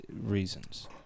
reasons